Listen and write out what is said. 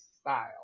style